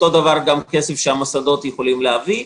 הדבר גם לגבי כסף שהמוסדות יכולים להביא,